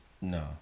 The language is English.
No